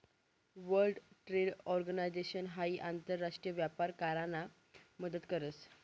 world trade organisation हाई आंतर राष्ट्रीय व्यापार करामा मदत करस